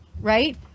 right